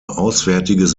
auswärtiges